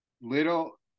little